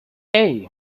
hey